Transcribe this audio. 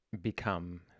become